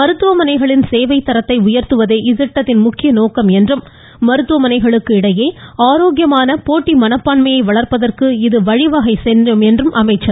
மருத்துவமனைகளின் சேவை தரத்தை உயர்த்துவதே இத்திட்டத்தின் முக்கிய நோக்கம் என்றும் மருத்துவமனைகளுக்கு இடையே ஆரோக்கியமான போட்டி மனப்பான்மையை வளர்ப்பதற்கு இது வழிவகை செய்யும் என்றும் அமைச்சர் தெரிவித்தார்